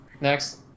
Next